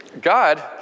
God